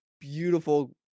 beautiful